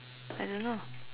I don't know